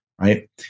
right